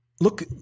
look